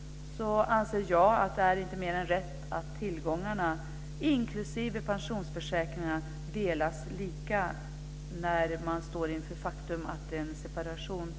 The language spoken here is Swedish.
- anser jag att det inte är mer än rätt att tillgångarna, inklusive pensionsförsäkringar, delas lika när man står inför en separation.